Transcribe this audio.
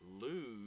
lose